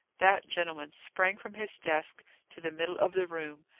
that gentleman sprang from his desk to the middle of the room,